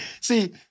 see